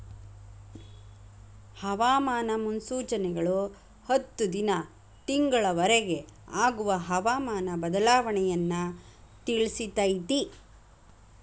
ಹವಾಮಾನ ಮುನ್ಸೂಚನೆಗಳು ಹತ್ತು ದಿನಾ ತಿಂಗಳ ವರಿಗೆ ಆಗುವ ಹವಾಮಾನ ಬದಲಾವಣೆಯನ್ನಾ ತಿಳ್ಸಿತೈತಿ